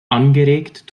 angeregt